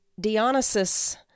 Dionysus